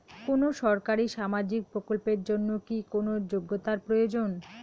কোনো সরকারি সামাজিক প্রকল্পের জন্য কি কোনো যোগ্যতার প্রয়োজন?